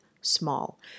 small